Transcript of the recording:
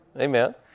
Amen